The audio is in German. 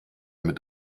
mit